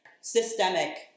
systemic